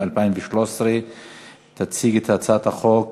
התשע"ג 2013. תציג את הצעת החוק